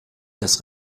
das